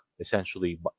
essentially